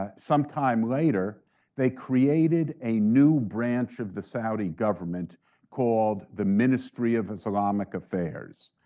ah sometime later they created a new branch of the saudi government called the ministry of islamic affairs.